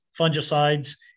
fungicides